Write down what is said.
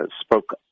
spoke